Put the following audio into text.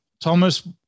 thomas